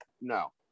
no